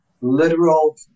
literal